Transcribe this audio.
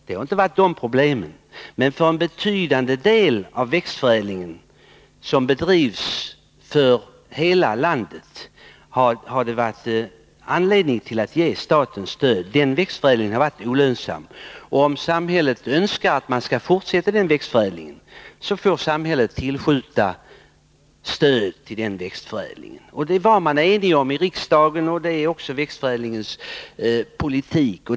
Det har inte varit några sådana problem, men för en betydande del av den växtförädling som bedrivs för hela landet har det funnits anledning att ge statligt stöd. Den växtförädlingen har varit olönsam. Om samhället önskar att denna växtförädling skall fortsätta, får samhället tillskjuta pengar. Det var man enig om i riksdagen, och det är gällande växtförädlingspolitik.